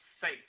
safe